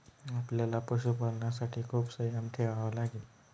आपल्याला पशुपालनासाठी खूप संयम ठेवावा लागेल